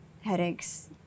headaches